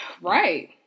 Right